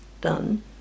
done